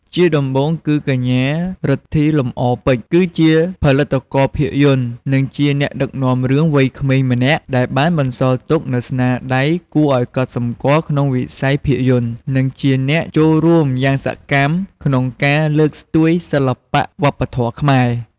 ជាដំបូងគឺ កញ្ញា រិទ្ធី លំអរពេជ្រ គឺជាផលិតករភាពយន្ត និងជាអ្នកដឹកនាំរឿងវ័យក្មេងម្នាក់ដែលបានបន្សល់ទុកនូវស្នាដៃគួរឲ្យកត់សម្គាល់ក្នុងវិស័យភាពយន្ត និងជាអ្នកចូលរួមយ៉ាងសកម្មក្នុងការលើកស្ទួយសិល្បៈ វប្បធម៌ខ្មែរ។